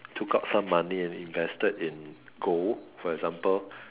took up some money and invested in gold for example